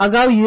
અગાઉ યુ